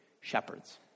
shepherds